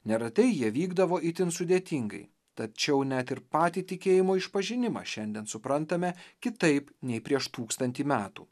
neretai jie vykdavo itin sudėtingai tačiau net ir patį tikėjimo išpažinimą šiandien suprantame kitaip nei prieš tūkstantį metų